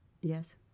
Yes